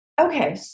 Okay